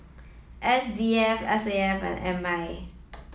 S D F S A F and M I